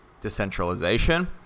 decentralization